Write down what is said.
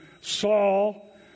Saul